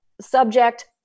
Subject